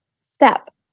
step